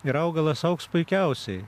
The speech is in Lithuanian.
ir augalas augs puikiausiai